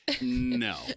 No